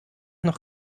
noch